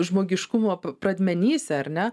žmogiškumo pradmenyse ar ne